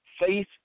faith